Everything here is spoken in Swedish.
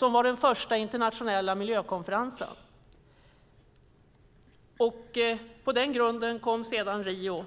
Det var den första internationella miljökonferensen. På denna grund kom sedan Rio.